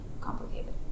complicated